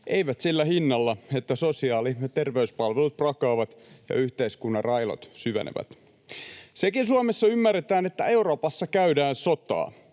eivät sillä hinnalla, että sosiaali- ja terveyspalvelut prakaavat ja yhteiskunnan railot syvenevät. Sekin Suomessa ymmärretään, että Euroopassa käydään sotaa,